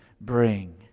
bring